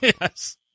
Yes